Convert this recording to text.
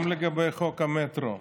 גם לגבי חוק המטרו,